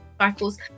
cycles